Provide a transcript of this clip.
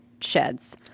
sheds